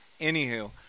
Anywho